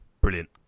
brilliant